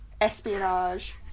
espionage